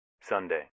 Sunday